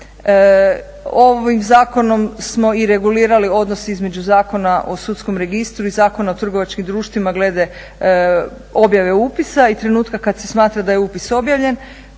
Ovim zakonom smo i regulirali odnos između Zakona o sudskom registru i Zakona o trgovačkim društvima glede objave upisa i trenutka kada se smatra da je upis objavljen